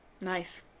Nice